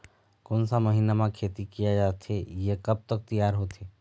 कोन सा महीना मा खेती किया जाथे ये कब तक तियार होथे?